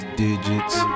digits